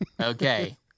okay